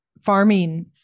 farming